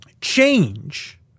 change